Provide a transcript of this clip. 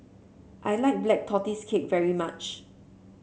I like Black Tortoise Cake very much